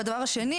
הדבר השני,